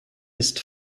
ist